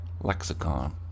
Lexicon